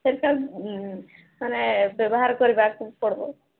ସେଇଟା ମାନେ ବ୍ୟବହାର କରିବାକୁ ପଡ଼ିବ